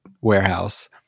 warehouse